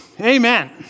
Amen